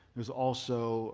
it was also